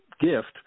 gift